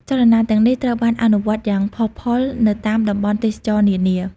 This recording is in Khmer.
ចលនាទាំងនេះត្រូវបានអនុវត្តយ៉ាងផុសផុលនៅតាមតំបន់ទេសចរណ៍នានា។